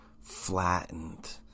flattened